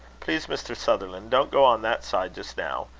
please, mr. sutherland, don't go on that side, just now.